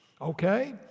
okay